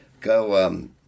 go